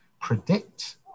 predict